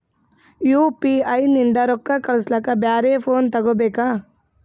UPI ನಿಂದ ರೊಕ್ಕ ಕಳಸ್ಲಕ ಬ್ಯಾರೆ ಫೋನ ತೋಗೊಬೇಕ?